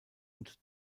und